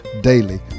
Daily